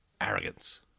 arrogance